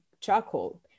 charcoal